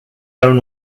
own